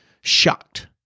shocked